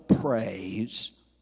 praise